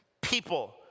people